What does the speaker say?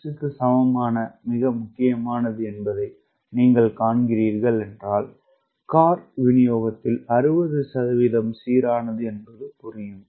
6 க்கு சமமான மிக முக்கியமானது என்பதை நீங்கள் காண்கிறீர்கள் என்றால் கோர்ட் விநியோகத்தில் 60 சீரானது என்பது புரியும்